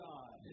God